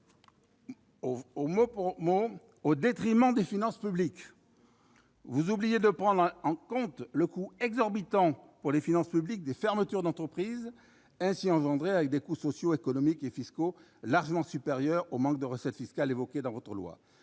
« au détriment des finances publiques ». Vous oubliez de prendre en compte le coût exorbitant pour les finances publiques des fermetures d'entreprises. Les coûts sociaux, économiques et fiscaux sont largement supérieurs au manque de recettes fiscales évoqué dans votre